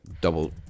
double